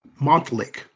Montlake